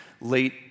late